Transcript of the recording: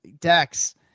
Dex